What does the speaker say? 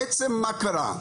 מה קרה,